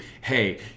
hey